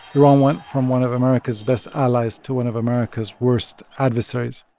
iran went from one of america's best allies to one of america's worst adversaries